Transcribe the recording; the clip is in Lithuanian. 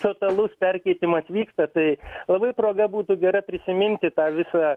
totalus perkeitimas vyksta tai labai proga būtų gera prisiminti tą visą